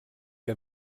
que